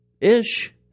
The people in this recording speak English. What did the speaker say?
Ish